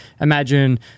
imagine